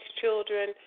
children